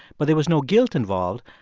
but there was no guilt involved.